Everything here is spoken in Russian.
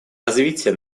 развитие